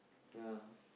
ya